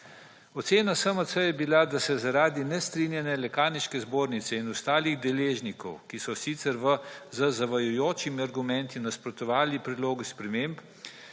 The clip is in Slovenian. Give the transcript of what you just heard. Ocena SMC je bila, da se zaradi nestrinjanja Lekarniške zbornice in ostalih deležnikov, ki so sicer z zavajajočimi argumenti nasprotovali predlogu sprememb,